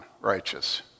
righteous